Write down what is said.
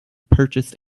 purchased